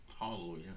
Hallelujah